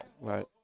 Right